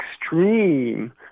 extreme